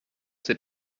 ces